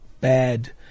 bad